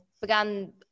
began